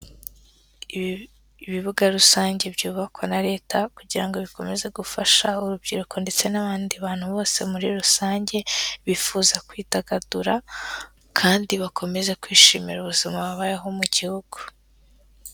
Ibibuga rusange byubakwa na leta kugira bikomeze gufasha urubyiruko ndetse n'abandi bantu bose muri rusange bifuza kwidagadura kandi bakomeze kwishimira ubuzima babayeho mu gihugu.